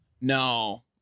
No